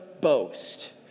boast